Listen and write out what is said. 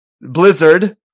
blizzard